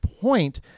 point